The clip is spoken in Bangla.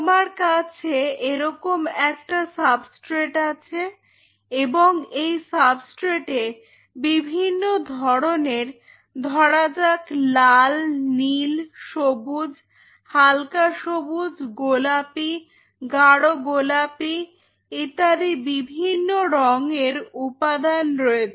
তোমার কাছে এরকম একটা সাবস্ট্রেট আছে এবং এই সাবস্ট্রেটে বিভিন্ন রংয়ের ধরা যাক লাল নীল সবুজ হালকা সবুজ গোলাপি গাঢ় গোলাপি ইত্যাদি বিভিন্ন রংয়ের উপাদান রয়েছে